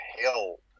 help